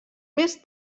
més